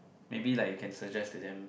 maybe like you can suggest to them